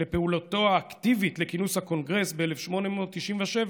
לפעולות האקטיבית לכינוס הקונגרס ב-1897,